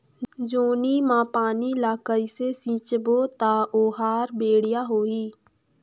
जोणी मा पानी ला कइसे सिंचबो ता ओहार बेडिया होही?